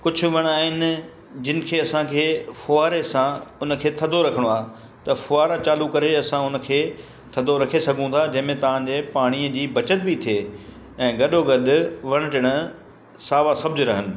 कुझु वण आहिनि जिनखे असांखे फुआरे सां उनखे थधो रखिणो आहे त फुआरा चालू करे असां उनखे थधो रखी सघूं था जंहिंमें तव्हांजे पाणीअ जी बचत बि थिए ऐं गॾो गॾ वण टिण सावा सब्ज रहनि